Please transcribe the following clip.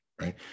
Right